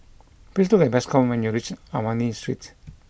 please look for Bascom when you reach Ernani Street